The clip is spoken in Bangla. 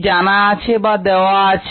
কি জানা আছে বা দেওয়া আছে